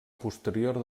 posterior